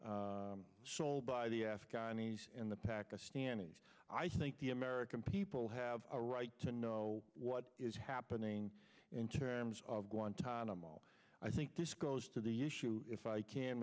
head sold by the afghani and the pakistanis i think the american people have a right to know what is happening in terms of guantanamo i think this goes to the issue